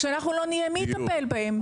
כשאנחנו לא נהיה מי יטפל בהם?